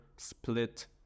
Split